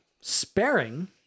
sparing